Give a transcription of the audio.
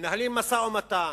מנהלים משא-ומתן,